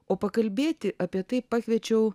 o pakalbėti apie tai pakviečiau